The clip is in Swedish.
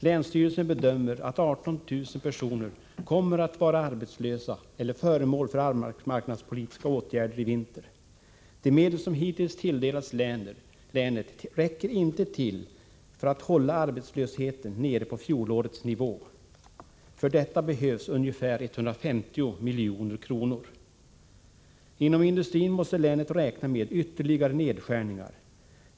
Länsstyrelsen bedömer att 18 000 personer kommer att vara arbetslösa eller föremål för arbetsmarknadspolitiska åtgärder i vinter. De medel som hittills tilldelats länet räcker inte till för att hålla arbetslösheten nere på fjolårets nivå. För detta behövs ungefär 150 milj.kr. Inom industrin måste länet räkna med ytterligare nedskärningar.